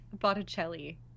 botticelli